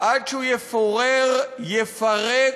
עד שהוא יפורר, יפרק,